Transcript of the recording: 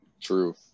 True